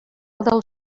del